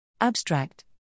abstract